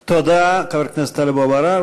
תודה, חבר הכנסת טלב אבו עראר.